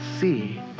see